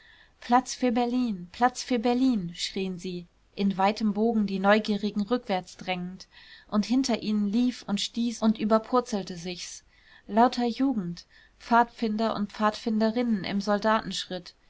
platz für berlin platz für berlin schrien sie in weitem bogen die neugierigen rückwärts drängend und hinter ihnen lief und stieß und überpurzelte sich's lauter jugend pfadfinder und pfadfinderinnen in